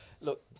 look